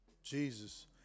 Jesus